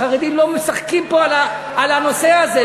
החרדים לא משחקים פה על הנושא הזה.